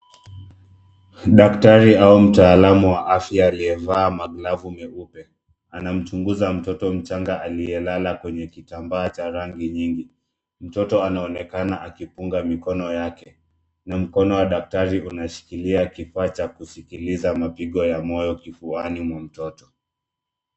Daktari au mtaalamu wa afya aliyevaa maglavu meupe. Anamchunguza mtoto mchanga aliyelala kwenye kitambaa cha rangi nyingi. Mtoto anaonekana akipunga mikono yake. Mkono wa daktari unashikilia kifaa cha kusikiliza mapigo ya moyo kifuani pa mtoto.